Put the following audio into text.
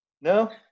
no